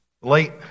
Late